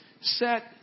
set